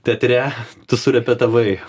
teatre tu surepetavai